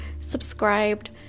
subscribed